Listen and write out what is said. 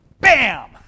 Bam